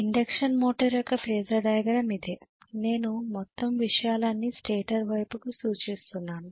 induction motor యొక్క phasor diagram ఇదే నేను మొత్తం విషయాలన్నీ స్టేటర్ వైపుకు సూచిస్తున్నాను